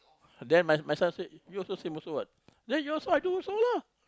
then my myself say you also same also what then you also I do also lah